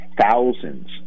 thousands